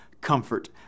comfort